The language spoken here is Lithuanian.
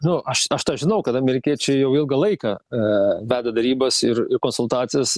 nu aš aš tą žinau kad amerikiečiai jau ilgą laiką veda derybas ir konsultacijas